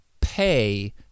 pay